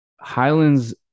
Highlands